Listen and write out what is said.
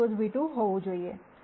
અને આ ν₂Tν ₂ હોવું જોઈએ